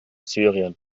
syrien